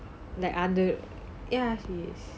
like அந்த:antha ya she is